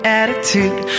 attitude